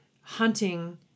hunting